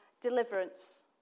deliverance